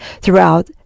throughout